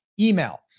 email